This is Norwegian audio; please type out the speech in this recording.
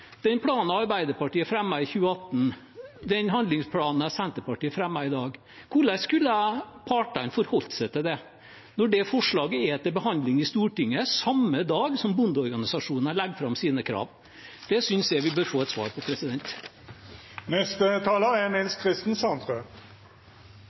den planen Arbeiderpartiet fremmet i 2018, den handlingsplanen Senterpartiet fremmer i dag. Hvordan skulle partene forholdt seg til det, når forslaget er til behandling i Stortinget samme dag som bondeorganisasjonene legger fram sine krav? Det synes jeg vi bør få et svar på. Det skal Reiten få et svar på. Det er